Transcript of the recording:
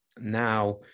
Now